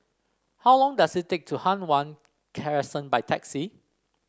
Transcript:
how long does it take to Hua Guan Crescent by taxi